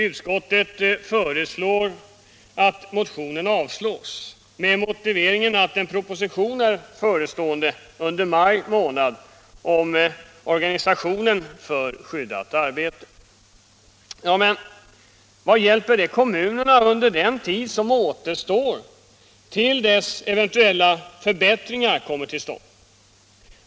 Utskottet föreslår att motionerna avslås med motiveringen att en proposition om organisationen för skyddat arbete är förestående under maj månad. Men vad hjälper det kommunerna under den tid som återstår till dess att eventuella förbättringar kommer till stånd?